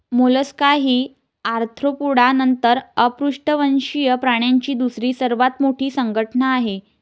Mollusca ही Arthropoda नंतर अपृष्ठवंशीय प्राण्यांची दुसरी सर्वात मोठी संघटना आहे